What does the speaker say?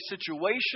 situation